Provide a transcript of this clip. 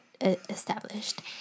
established